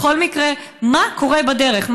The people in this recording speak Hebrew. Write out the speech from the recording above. בכל מקרה, מה קורה בדרך?